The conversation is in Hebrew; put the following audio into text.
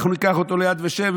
אנחנו ניקח אותו ליד ושם,